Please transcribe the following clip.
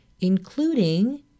including